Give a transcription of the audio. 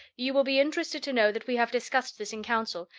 you will be interested to know that we have discussed this in council,